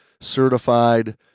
certified